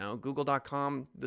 Google.com